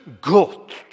God